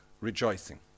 rejoicing